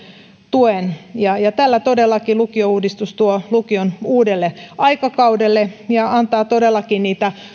tuen tällä lukiouudistus tuo lukion uudelle aikakaudelle ja antaa niitä